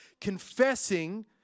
confessing